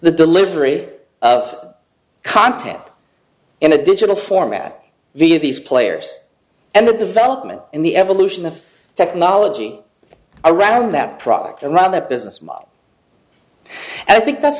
the delivery of content in a digital format via these players and the development in the evolution of technology around that product and run the business model and i think that's